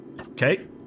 Okay